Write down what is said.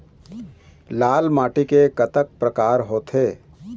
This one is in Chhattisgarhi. लाल माटी के कतक परकार होथे?